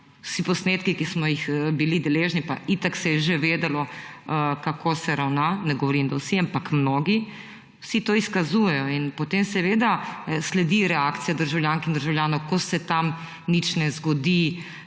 Vsi posnetki, ki smo jih bili deležni – pa itak se je že vedelo, kako se ravna, ne govorim, da vsi, ampak mnogi –, vsi to izkazujejo. In potem seveda sledi reakcija državljank in državljanov, ko se tam nič ne zgodi,